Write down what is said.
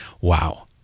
Wow